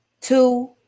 Two